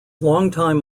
longtime